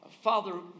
Father